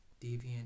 deviant